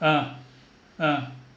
uh uh